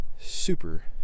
super